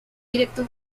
directo